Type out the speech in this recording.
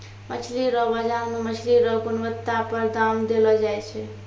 मछली रो बाजार मे मछली रो गुणबत्ता पर दाम देलो जाय छै